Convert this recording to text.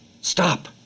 Stop